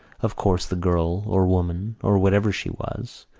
of course the girl or woman, or whatever she was,